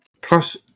Plus